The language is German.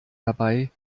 dabei